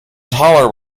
taller